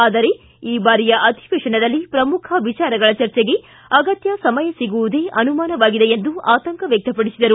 ಆದರೆ ಈ ಬಾರಿಯ ಅಧಿವೇಶನದಲ್ಲಿ ಪ್ರಮುಖ ವಿಚಾರಗಳ ಚರ್ಚೆಗೆ ಅಗತ್ಯ ಸಮಯ ಸಿಗುವುದೇ ಅನುಮಾನವಾಗಿದೆ ಎಂದು ಆತಂಕ ವ್ಯಕ್ತಪಡಿಸಿದರು